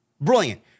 Brilliant